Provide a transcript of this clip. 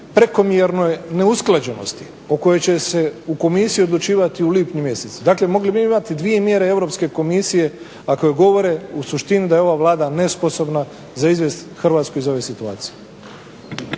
prekomjerne neusklađenosti o kojoj će se u Komisiji odlučivati u lipnju mjesecu. Dakle mogli bi mi imati dvije mjere Europske komisije a koje govore u suštini da je ova Vlada nesposobna za izvesti Hrvatsku iz ove situacije.